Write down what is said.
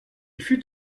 fut